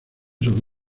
sobre